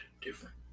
different